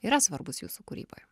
yra svarbus jūsų kūryboje